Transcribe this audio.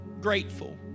grateful